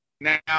Now